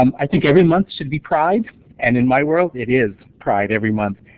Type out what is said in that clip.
um i think every month should be pride and in my world it is pride every month.